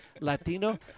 Latino